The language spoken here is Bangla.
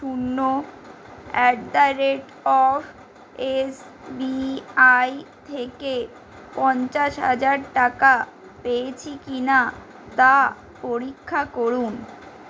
শূন্য at the rate of S B I থেকে পঞ্চাশ হাজার টাকা পেয়েছি কি না তা পরীক্ষা করুন